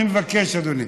אני מבקש, אדוני.